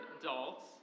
adults